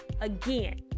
again